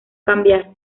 cambiar